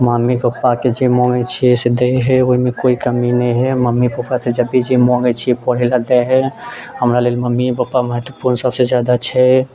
mummy papa के जे मँगय छियै से दे हय ओहिमे कोइ कमी हय मनहि म्मी पप्पा से जब भी जे जे मँगैत छियै पढ़े ला दे हय हमरा लेल मम्मीए पप्पा महत्वपूर्ण सबसे जादा छै